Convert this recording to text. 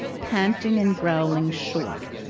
panting and growling short,